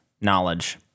knowledge